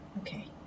okay